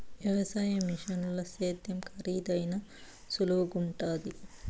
వ్యవసాయ మిషనుల సేద్యం కరీదైనా సులువుగుండాది